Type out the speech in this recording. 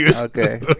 Okay